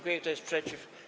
Kto jest przeciw?